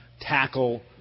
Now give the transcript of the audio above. tackle